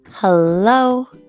hello